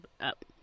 up